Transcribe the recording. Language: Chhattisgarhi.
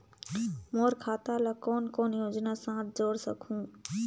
मोर खाता ला कौन कौन योजना साथ जोड़ सकहुं?